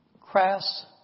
Crass